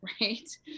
right